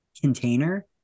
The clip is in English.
container